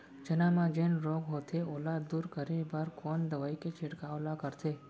चना म जेन रोग होथे ओला दूर करे बर कोन दवई के छिड़काव ल करथे?